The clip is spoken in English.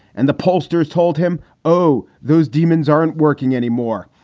and the pollsters told him, oh, those demons aren't working anymore.